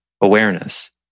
awareness